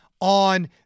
on